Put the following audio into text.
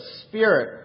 spirit